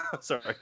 Sorry